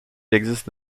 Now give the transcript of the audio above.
existe